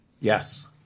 Yes